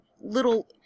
little